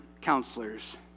counselors